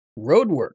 Roadwork